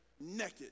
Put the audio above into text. naked